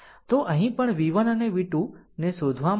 તો અહીં પણ v1 અને v2 ને શોધવા માટે જવાબો આપવામાં આવ્યાં છે